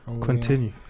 continue